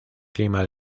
clima